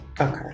okay